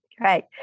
Right